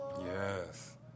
yes